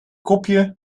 kopje